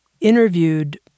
interviewed